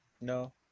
No